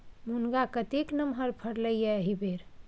मुनगा कतेक नमहर फरलै ये एहिबेर